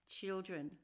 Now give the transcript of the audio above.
Children